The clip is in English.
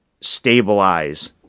stabilize